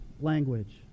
language